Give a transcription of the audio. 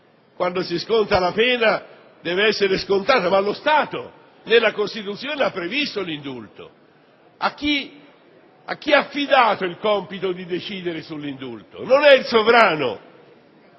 Quando si riceve una pena, questa deve essere scontata, ma lo Stato, nella Costituzione, ha previsto l'indulto: a chi è stato affidato il compito di decidere sull'indulto? Non è più il sovrano